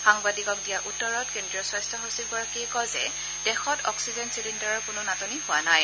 সাংবাদিকৰ দিয়া উত্তৰত কেন্দ্ৰীয় স্বাস্থ্য সচিব গৰাকীয়ে কয় যে দেশত অক্সিজেন চিলিণ্ণাৰৰ কোনো নাটনি হোৱা নাই